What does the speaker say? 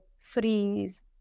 freeze